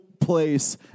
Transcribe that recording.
place